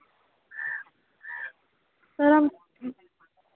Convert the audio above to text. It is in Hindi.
सर हम